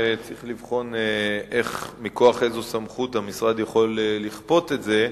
וצריך לבחון מכוח איזו סמכות המשרד יכול לכפות את זה.